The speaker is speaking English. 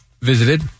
visited